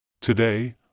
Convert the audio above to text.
Today